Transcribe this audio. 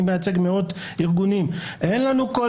אני מייצג מאוד ארגונים אין לנו כול